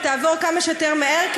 ותעבור כמה שיותר מהר,